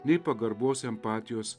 nei pagarbos empatijos